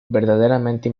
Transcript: verdaderamente